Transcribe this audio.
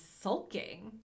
sulking